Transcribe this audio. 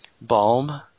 Balm